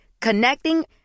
Connecting